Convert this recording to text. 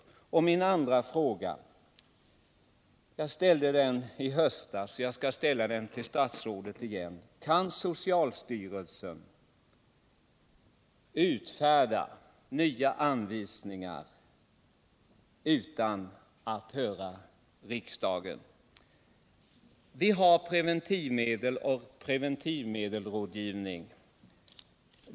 Min andra fråga ställde jag i höstas, och jag skall ställa den till statsrådet Troedsson igen: Kan socialstyrelsen utfärda nya anvisningar utan att höra riksdagen? Vi har preventivmedel och preventivmedelsrådgivning.